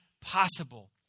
possible